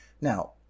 now